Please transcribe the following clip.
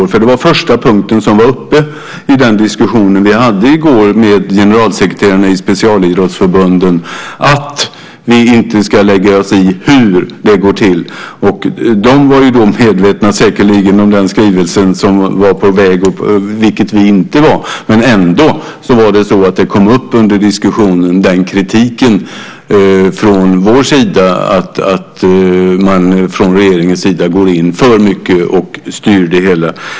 Det var nämligen den första punkten som var uppe i den diskussion vi i går hade med generalsekreterarna i specialidrottsförbunden - att vi inte ska lägga oss i hur det går till. De var då säkerligen medvetna om den skrivelse som var på väg, vilket vi inte var. Ändå kom under diskussionen kritiken upp från vår sida att regeringen går in för mycket och styr det hela.